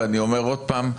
ואני אומר עוד פעם,